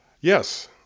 Yes